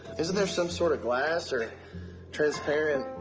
isn't there some sort of glass or transparent.